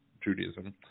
Judaism